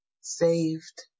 saved